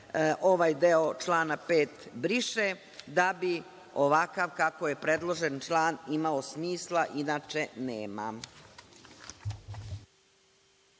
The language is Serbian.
ovaj deo člana 5. briše, da bi ovakav kako je predložen član imao smisla, inače nema.